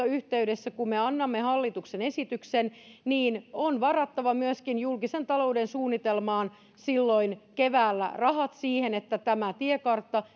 yhteydessä kun me annamme hallituksen esityksen niin on varattava myöskin julkisen talouden suunnitelmaan silloin keväällä rahat siihen että tämä tiekartta